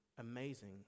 Amazing